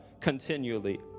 Continually